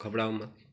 खबड़ाओ मत